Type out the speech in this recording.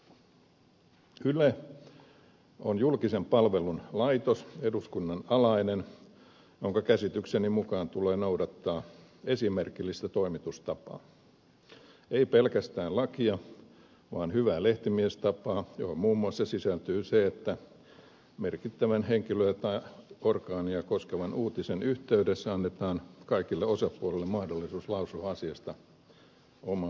yle on julkisen palvelun laitos eduskunnan alainen jonka käsitykseni mukaan tulee noudattaa esimerkillistä toimitustapaa ei pelkästään lakia vaan hyvää lehtimiestapaa johon muun muassa sisältyy se että merkittävää henkilöä tai orgaania koskevan uutisen yhteydessä annetaan kaikille osapuolille mahdollisuus lausua asiasta oma mielipiteensä